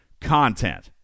content